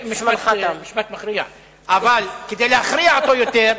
משפט מכריע, אבל כדי להכריע אותו יותר,